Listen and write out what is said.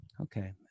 Okay